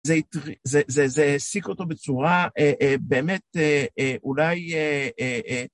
זה העסיק אותו בצורה באמת אולי...